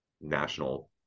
national